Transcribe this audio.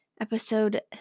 Episode